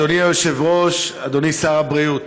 אדוני היושב-ראש, אדוני שר הבריאות,